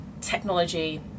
technology